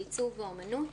בעיצוב ובאומנות,